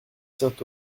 tient